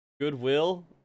goodwill